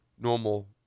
normal